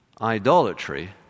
Idolatry